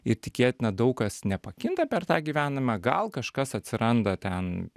ir tikėtina daug kas nepakinta per tą gyvenimą gal kažkas atsiranda ten